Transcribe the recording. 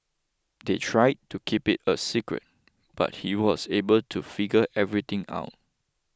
they tried to keep it a secret but he was able to figure everything out